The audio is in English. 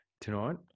Tonight